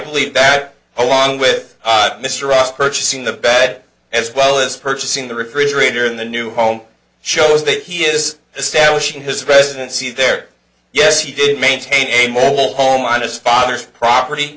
believe that along with mr ross purchasing the bad as well as purchasing the refrigerator in the new home shows that he is establishing his residency there yes he did maintain a moral home on this father's property